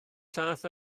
llaeth